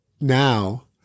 now